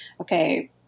okay